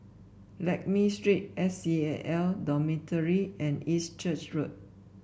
Lakme Street S C A L Dormitory and East Church Road